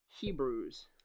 Hebrews